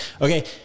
okay